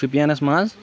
شُپینَس منٛز